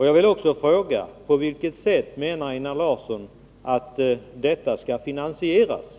Jag vill också fråga: På vilket sätt menar Einar Larsson att finansieringen skall ske?